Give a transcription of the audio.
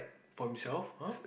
for himself !huh!